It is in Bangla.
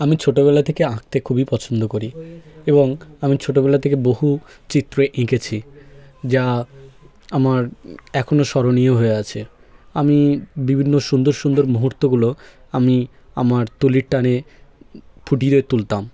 আমি ছোটবেলা থেকে আঁকতে খুবই পছন্দ করি এবং আমি ছোটবেলা থেকে বহু চিত্র এঁকেছি যা আমার এখনও স্মরণীয় হয়ে আছে আমি বিভিন্ন সুন্দর সুন্দর মুহূর্তগুলো আমি আমার তুলির টানে ফুটিয়ে তুলতাম